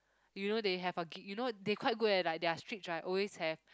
you know they have a gig you know they quite good eh like their streets right always have